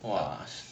!wah!